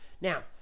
Now